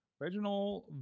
Reginald